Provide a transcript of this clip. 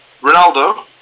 Ronaldo